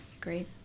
Great